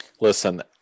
Listen